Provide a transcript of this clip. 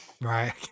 Right